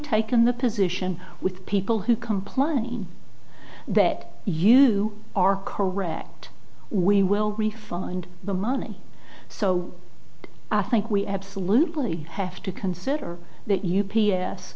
taken the position with people who complain that you are correct we will refund the money so i think we absolutely have to consider that u